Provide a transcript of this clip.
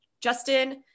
Justin